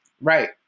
right